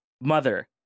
Mother